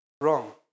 Wrong